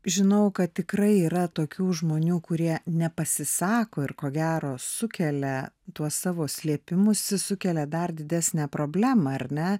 žinojau kad tikrai yra tokių žmonių kurie nepasisako ir ko gero sukelia tuo savo slėpimusi sukelia dar didesnę problemą ar ne